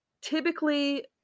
Typically